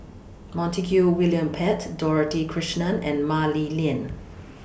Montague William Pett Dorothy Krishnan and Mah Li Lian